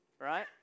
right